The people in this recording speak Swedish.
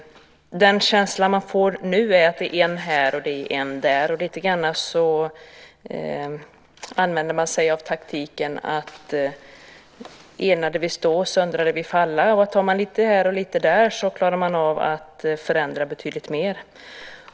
Den känsla man får nu är att det gäller en här och en där, och i viss mån använder man sig av principen "enade vi stå, söndrade vi falla": tar man lite här och lite där så klarar man av att förändra betydligt mer.